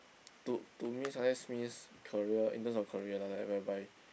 to to me success means career in terms of career lah like whereby